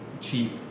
cheap